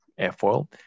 airfoil